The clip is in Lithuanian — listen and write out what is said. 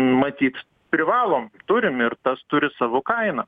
matyt privalom turim ir tas turi savo kainą